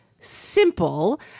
simple